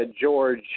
George